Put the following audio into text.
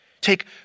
Take